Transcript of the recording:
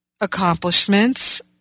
accomplishments